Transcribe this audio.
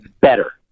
better